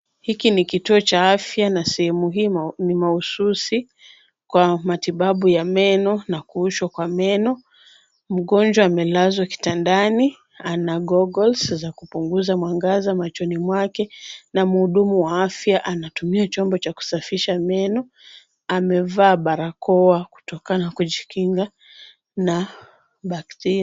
Hiki ni kituo cha afya, na sehemu hino ni maususi kwa matibabu ya meno, na kuoshwa kwa meno. Mgonjwa amelazwa kitandani, ana goggles za kupunguza mwangaza machoni mwake, na mhudumu wa afya anatumia chombo cha kusafisha meno, amevaa barakoa kutokana na kujikinga bacteria .